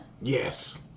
Yes